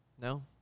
No